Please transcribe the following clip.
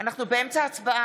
אינו נוכח